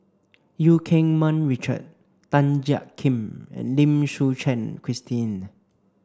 Eu Keng Mun Richard Tan Jiak Kim and Lim Suchen Christine